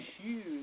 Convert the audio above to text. huge